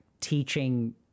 teaching